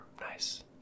Nice